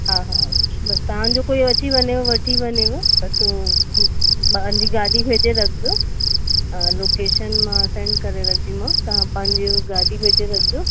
हा हा बसि तव्हांजो कोई अची वञेव वठी वञेव बसि उहो हूं पंहिंजी गाॾी भेजे रखिजो हा लोकेशन मां सेंड करे रखदीमाव तव्हां पंहिंजी गाॾी भेजे रखिजो